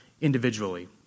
individually